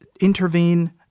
intervene